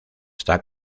está